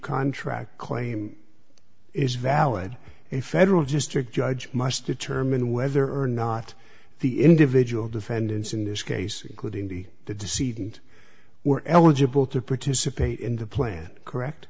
contract claim is valid in federal district judge must determine whether or not the individual defendants in this case including the deceived and were eligible to participate in the plan correct